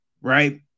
right